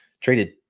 traded